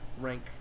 rank